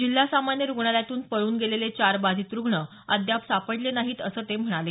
जिल्हा सामान्य रूग्णालातून पळून गेलेले चार बाधित रुग्ण अद्याप सापडले नाहीत असं ते म्हणाले